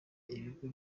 ikigo